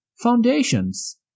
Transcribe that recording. foundations